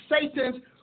Satan's